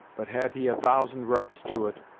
but had he a thousand rights to it,